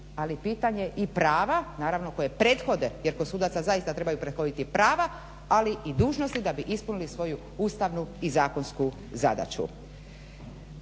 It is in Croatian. i pitanje prava naravno koje prethode jer kod sudaca zaista trebaju prethoditi prava ali i dužnosti da bi ispunili svoju ustavnu i zakonsku zadaću.